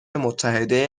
متحده